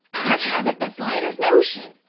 i haven't the slightest notion,